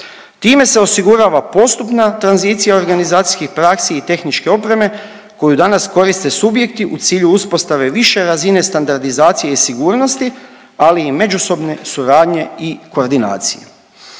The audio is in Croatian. Time se osigurava postupna tranzicija organizacijskih praksi i tehničke opreme koju danas koriste subjekti u cilju uspostave više razine standardizacije i sigurnosti, ali i međusobne suradnje i koordinacije.